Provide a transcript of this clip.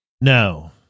no